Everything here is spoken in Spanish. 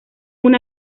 una